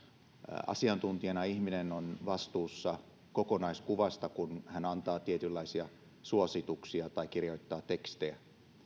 asiantuntijana ihminen on vastuussa kokonaiskuvasta kun hän antaa tietynlaisia suosituksia tai kirjoittaa tekstejä